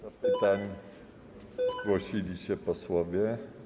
Do pytań zgłosili się posłowie.